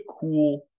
cool